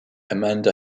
amanda